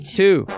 two